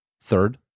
Third